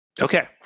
Okay